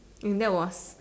and that was